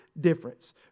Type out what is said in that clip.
difference